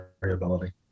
variability